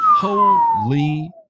Holy